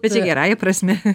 bet čia gerąja prasme